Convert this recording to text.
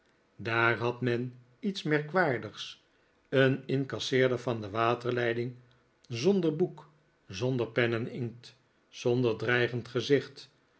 daar had men iets merkwaardigs een incasseerder van de waterleiding zonder boek zonder pen en inkt zonder dreigend gezicht